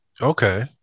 okay